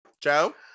Joe